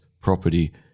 property